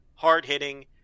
hard-hitting